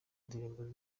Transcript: ndirimbo